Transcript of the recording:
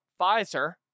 Pfizer